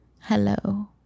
hello